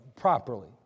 properly